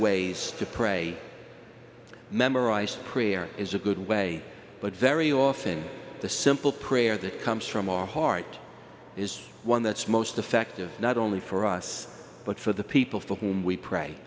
ways to pray memorized prayer is a good way but very often the simple prayer that comes from our heart is one that's most effective not only for us but for the people for whom we pray